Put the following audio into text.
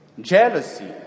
jealousy